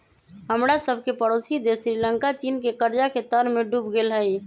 हमरा सभके पड़ोसी देश श्रीलंका चीन के कर्जा के तरमें डूब गेल हइ